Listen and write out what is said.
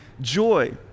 joy